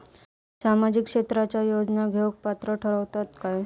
सामाजिक क्षेत्राच्या योजना घेवुक पात्र ठरतव काय?